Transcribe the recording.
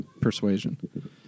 Persuasion